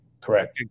Correct